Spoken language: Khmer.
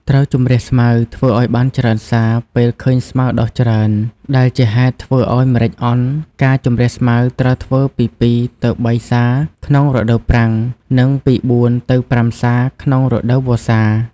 ត្រូវជម្រះស្មៅធ្វើឱ្យបានច្រើនសារពេលឃើញស្មៅដុះច្រើន ដែលជាហេតុធ្វើឱ្យម្រេចអន់ ការជម្រះស្មៅត្រូវធ្វើពី ២ទៅ៣សារ ក្នុងរដូវប្រាំង និងពី៤ទៅ៥សារក្នុងរដូវ វស្សារ។